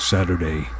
Saturday